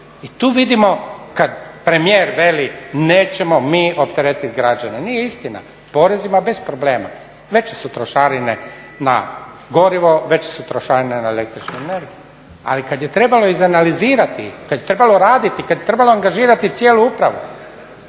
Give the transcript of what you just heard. I tu vidimo kad premijer veli nećemo mi opteretiti građane, nije istina porezima bez problema, veće su trošarine na gorivo, veće su trošarine na električnu energiju. Ali kad je trebalo izanalizirati, kad je trebalo raditi, kad je trebalo angažirati cijelu upravu